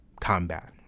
combat